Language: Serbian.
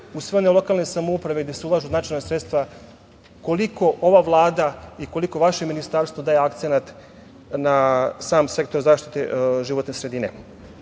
uz sve one lokalne samouprave gde se ulažu značajna sredstva koliko ova Vlada i koliko vaše Ministarstvo daje akcenat na sam Sektor zaštite životne sredine. Naravno,